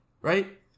right